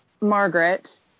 Margaret